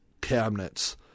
cabinets